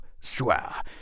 swear